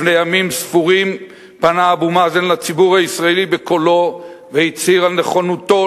לפני ימים ספורים פנה אבו מאזן לציבור הישראלי בקולו והצהיר על נכונותו